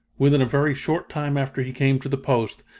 within a very short time after he came to the post,